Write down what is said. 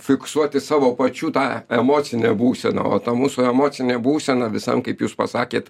fiksuoti savo pačių tą emocinę būseną o ta mūsų emocinė būsena visam kaip jūs pasakėt